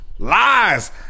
lies